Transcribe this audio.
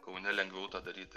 kaune lengviau tą daryt